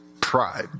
pride